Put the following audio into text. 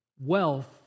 wealth